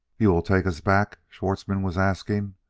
you will take us back? schwartzmann was asking.